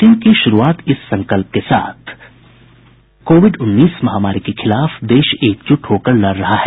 bulletin की शुरूआत इस संकल्प के साथ कोविड उन्नीस महामारी के खिलाफ देश एकजुट होकर लड़ रहा है